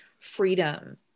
freedom